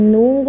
no